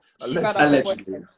Allegedly